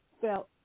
felt